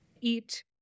eat